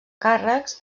càrrecs